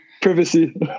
Privacy